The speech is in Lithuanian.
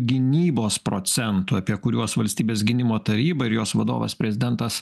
gynybos procentų apie kuriuos valstybės gynimo taryba ir jos vadovas prezidentas